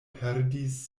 perdis